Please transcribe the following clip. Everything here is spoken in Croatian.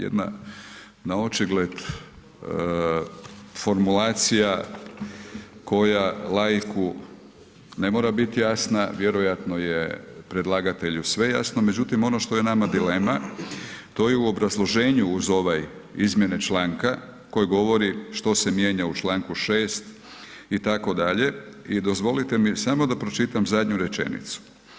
Jedna na očigled formulacija koja laiku ne mora bit jasna, vjerojatno je predlagatelju sve jasno međutim ono što je nama dilema, to je u obrazloženju uz ove izmjene članka koji govori što se mijenja u članku 6. itd. i dozvolite mi samo da pročitam zadnju rečenicu.